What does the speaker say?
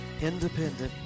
independent